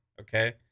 okay